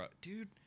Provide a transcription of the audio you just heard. Dude